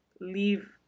leave